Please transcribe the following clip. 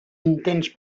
intents